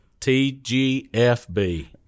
TGFB